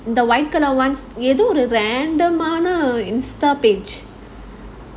the white colour ones எது:edhu random Insta~ page